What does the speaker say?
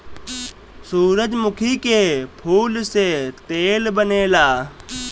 सूरजमुखी के फूल से तेल बनेला